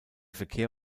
verkehr